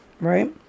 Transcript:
right